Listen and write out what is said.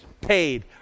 paid